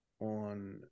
on